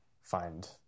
find